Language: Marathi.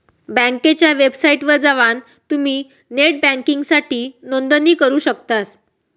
बँकेच्या वेबसाइटवर जवान तुम्ही नेट बँकिंगसाठी नोंदणी करू शकतास